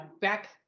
back